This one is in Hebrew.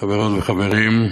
חברות וחברים,